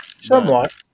Somewhat